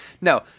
No